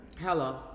Hello